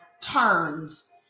turns